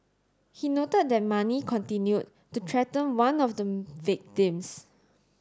he note that Mani continue to threaten one of the victims